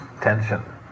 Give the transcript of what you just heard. tension